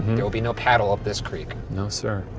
there will be no paddle up this creek. no sir.